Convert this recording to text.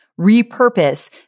repurpose